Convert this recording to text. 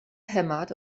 hämmert